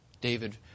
David